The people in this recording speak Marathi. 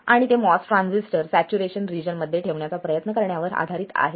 आणि ते MOS ट्रान्झिस्टर सॅच्युरेशन रिजन मध्ये ठेवण्याचा प्रयत्न करण्यावर आधारित आहेत